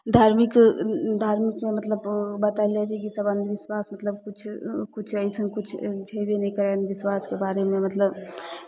धार्मिक धार्मिक मे मतलब बतायल जाइ छै कि सभ अन्धविश्वास मतलब किछु किछु अइसन किछु छयबे नहि करय अन्धविश्वासके बारेमे मतलब